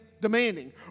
demanding